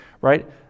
right